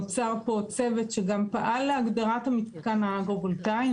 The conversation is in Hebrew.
נוצר פה צוות שגם פעל להגדרת המתקן האגרו-וולטאי.